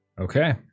Okay